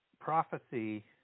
prophecy